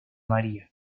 maría